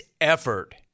effort